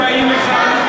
אתם באים לכאן,